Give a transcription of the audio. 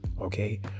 okay